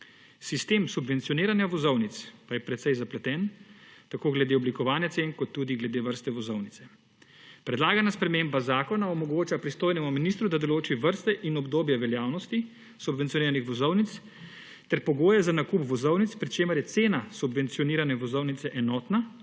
Sistem subvencioniranja vozovnih pa je precej zapleten, tako glede oblikovanja cen, kot tudi glede vrste vozovnice. Predlagana sprememba zakona omogoča pristojnemu ministru, da določi vrste in obdobje veljavnosti subvencioniranih vozovnic ter pogoje za nakup vozovnic, pri čemer je cena subvencionirane vozovnice enotna